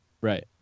Right